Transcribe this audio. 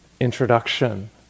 introduction